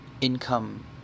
income